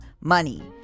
money